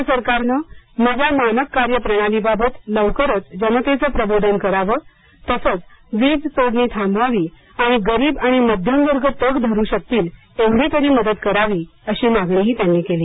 राज्य सरकारनं नव्या मानक कार्य प्रणाली बाबत लवकरंच जनतेचं प्रबोधन करावं तसंच वीज तोडणी थांबवावी आणि गरीब आणि मध्यम वर्ग तग धरू शकतील एवढी तरी मदत करावी अशी मागणीही त्यांनी केली